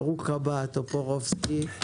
ברוך הבא, טופורובסקי.